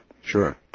Sure